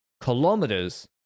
kilometers